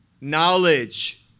knowledge